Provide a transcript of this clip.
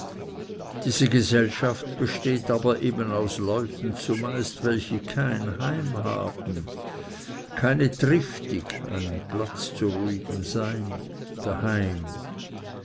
diese gesellschaft besteht aber eben aus leuten zumeist welche kein heim haben keine triftig daheim